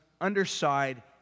underside